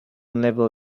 never